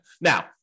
Now